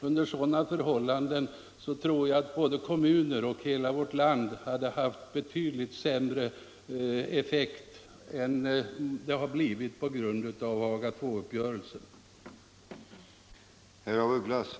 Under sådana förhållanden tror jag att både kommunerna och landet i dess helhet hade fått ett betydligt sämre utfall än vad som blivit fallet genom Haga Il-överenskommelsen.